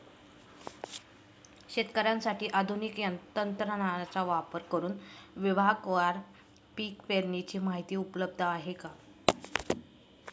शेतकऱ्यांसाठी आधुनिक तंत्रज्ञानाचा वापर करुन विभागवार पीक पेरणीची माहिती उपलब्ध आहे का?